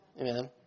Amen